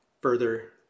further